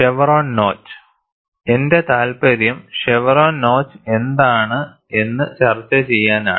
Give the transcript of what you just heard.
chevron notch എന്റെ താൽപര്യം chevron notch എന്താണ് എന്ന് ചർച്ചചെയ്യാനാണ്